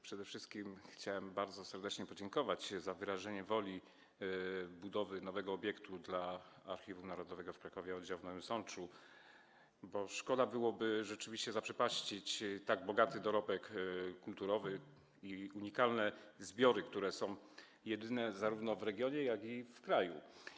Przede wszystkim chciałem bardzo serdecznie podziękować za wyrażenie woli budowy nowego obiektu dla Archiwum Narodowego w Krakowie Oddziału w Nowym Sączu, bo rzeczywiście szkoda byłoby zaprzepaścić tak bogaty dorobek kulturowy i unikalne zbiory, które są jedyne zarówno w regionie, jak i w kraju.